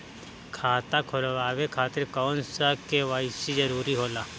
खाता खोलवाये खातिर कौन सा के.वाइ.सी जरूरी होला?